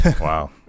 Wow